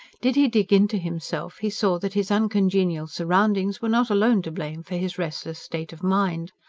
did he dig into himself, he saw that his uncongenial surroundings were not alone to blame for his restless state of mind.